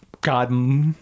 god